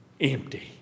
empty